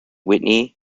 witney